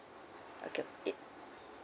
okay it